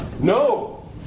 no